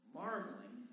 marveling